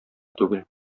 түгел